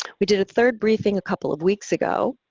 we did a third briefing a couple of weeks ago